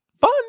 fun